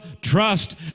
trust